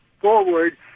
forward